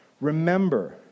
remember